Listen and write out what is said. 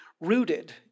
rooted